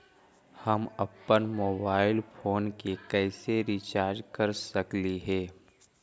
हम अप्पन mobile phone के कैसे रिचार्ज कर सकली हे?